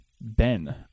Ben